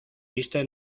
viste